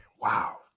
wow